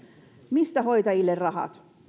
mistä hoitajille rahat